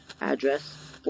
address